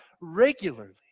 regularly